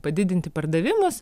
padidinti pardavimus